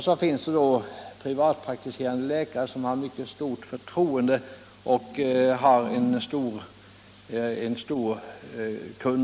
Så finns det privatpraktiserande läkare som åtnjuter mycket stort förtroende och har en stor patientkrets.